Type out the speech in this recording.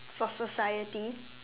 for society